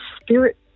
spirit